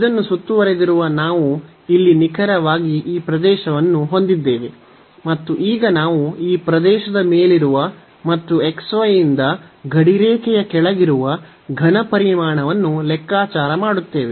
ಇದನ್ನು ಸುತ್ತುವರೆದಿರುವ ನಾವು ಇಲ್ಲಿ ನಿಖರವಾಗಿ ಈ ಪ್ರದೇಶವನ್ನು ಹೊಂದಿದ್ದೇವೆ ಮತ್ತು ಈಗ ನಾವು ಈ ಪ್ರದೇಶದ ಮೇಲಿರುವ ಮತ್ತು xy ಯಿಂದ ಗಡಿರೇಖೆಯ ಕೆಳಗಿರುವ ಘನ ಪರಿಮಾಣವನ್ನು ಲೆಕ್ಕಾಚಾರ ಮಾಡುತ್ತೇವೆ